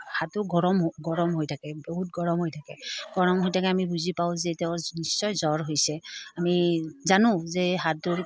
হাঁহটো গৰম গৰম হৈ থাকে বহুত গৰম হৈ থাকে গৰম হৈ থাকে আমি বুজি পাওঁ যে তেওঁৰ নিশ্চয় জ্বৰ হৈছে আমি জানো যে এই হাঁহটোৰ